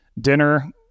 dinner